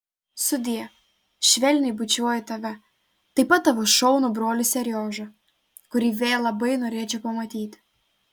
sudie švelniai bučiuoju tave taip pat tavo šaunų brolį seriožą kurį vėl labai norėčiau pamatyti